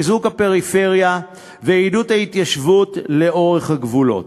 חיזוק הפריפריה ועידוד ההתיישבות לאורך הגבולות.